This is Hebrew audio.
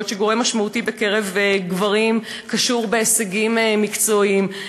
בעוד שגורם משמעותי בקרב גברים קשור בהישגים מקצועיים.